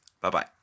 Bye-bye